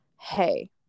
hey